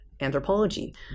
anthropology